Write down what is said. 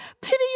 pity